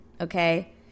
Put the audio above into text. okay